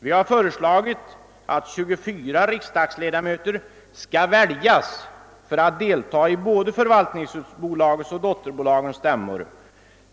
Vi har föreslagit att 24 riksdagsledamöter skall väljas för att delta både i förvaltningsbolagets och i dotterbolagens stämmor.